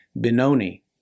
Benoni